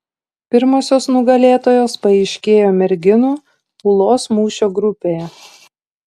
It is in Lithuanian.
pirmosios nugalėtojos paaiškėjo merginų ūlos mūšio grupėje